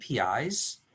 APIs